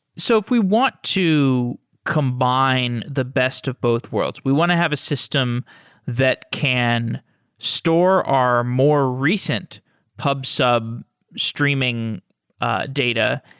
so if we want to combine the best of both worlds, we want to have a system that can store our more recent pub sub streaming ah data